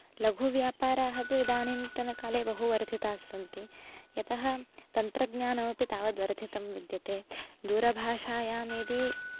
लघुव्यापाराः तु इदानीन्तनकाले बहु वर्धिताः सन्ति यतः तन्त्रज्ञानम् अपि तावत् वर्धितं विद्यते दूरभाषायां यदि